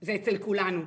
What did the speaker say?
זה אצל כולנו.